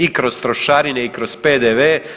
I kroz trošarine i kroz PDV.